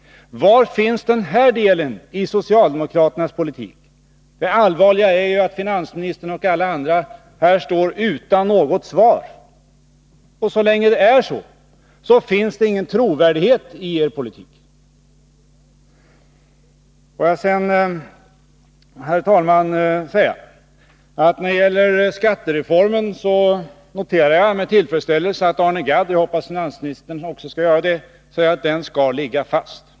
Var finns den här delen i socialdemokraternas politik? Det allvarliga är ju att finansminis tern och alla andra här står utan något svar. Så länge det är så, finns det ingen trovärdighet i er politik. Herr talman! När det gäller skattereformen noterar jag med tillfredsställelse att Arne Gadd säger — och jag hoppas att finansministern också skall göra det — att den skall ligga fast.